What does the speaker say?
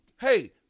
hey